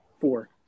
four